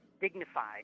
dignified